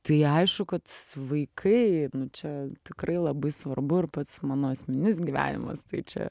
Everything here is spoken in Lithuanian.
tai aišku kad vaikai čia tikrai labai svarbu ir pats mano asmeninis gyvenimas tai čia